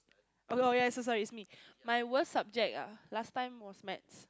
oh oh ya so sorry is me my worst subject ah last time was maths